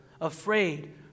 afraid